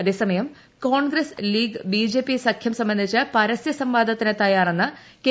അതേസമയ്യം Congress League BJP സഖ്യം സംബന്ധിച്ച് പരസ്യ സ്ക്പ്പ്ാദ്ത്തിന് തയ്യാറെന്ന് കെ